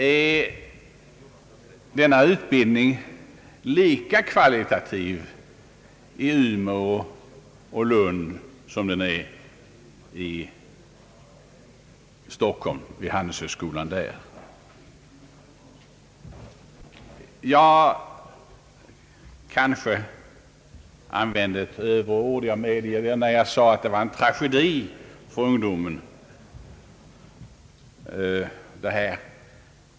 Är denna utbildning i Umeå och Lund kvalitativt jämställd med den vid handelshögskolan i Stockholm? Jag kanske gjorde mig något skyldig till överord när jag talade om en tragedi för ungdomen.